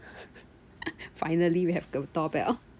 finally we have the doorbell